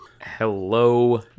Hello